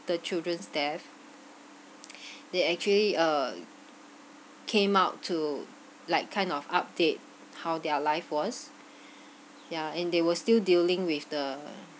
the children's death they actually ugh came out to like kind of update how their life was yeah and they were still dealing with the